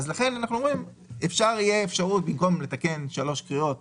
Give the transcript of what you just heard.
ואנחנו אומרים שבמקום לתקן שלוש קריאות